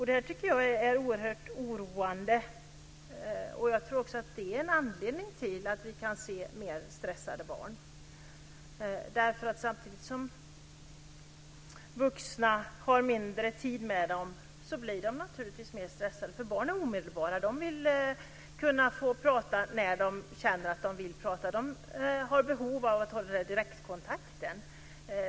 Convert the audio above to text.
Det tycker jag är oerhört oroande. Jag tror också att det är en anledning till att vi kan se mer stressade barn. Samtidigt som vuxna får mindre tid med barnen blir barnen mer stressade. Barn är omedelbara. De vill kunna få prata när de känner att de vill prata. De har behov av direktkontakt.